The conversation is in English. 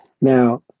Now